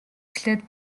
эхлээд